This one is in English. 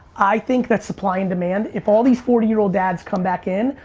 i think that supply and demand, if all these forty year old dads come back in,